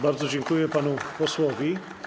Bardzo dziękuję panu posłowi.